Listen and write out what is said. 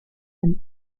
and